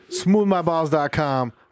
smoothmyballs.com